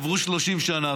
עברו 30 שנה,